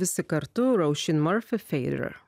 visi kartu